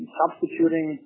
substituting